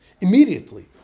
immediately